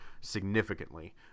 significantly